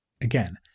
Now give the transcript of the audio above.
Again